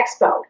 expo